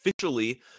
officially